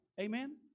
Amen